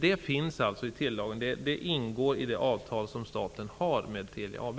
Det finns inskrivet i telelagen, och det ingår i det avtal som staten har med Telia AB.